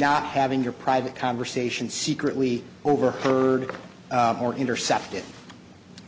not having your private conversation secretly overheard or intercepted